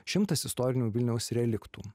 šimtas istorinių vilniaus reliktų